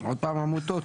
עוד פעם עמותות?